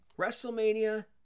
WrestleMania